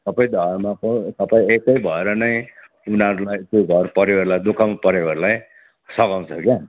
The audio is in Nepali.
सबै धर्मको सबै एकै भएर नै उनीहरूलाई त्यो घर परिवारलाई दुःखमा परेकोहरूलाई सघाउँछ क्या